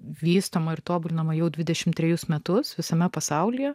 vystoma ir tobulinama jau dvidešimt trejus metus visame pasaulyje